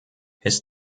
his